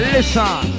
Listen